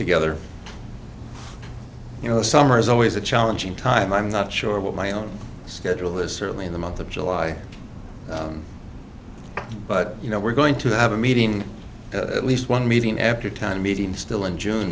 together you know summer is always a challenging time i'm not sure what my own schedule is certainly in the month of july but you know we're going to have a meeting at least one meeting after time meeting still in june